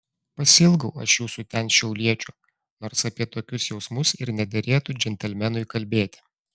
pasiilgau aš jūsų ten šiauliečių nors apie tokius jausmus ir nederėtų džentelmenui kalbėti